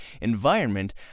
environment